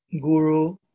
guru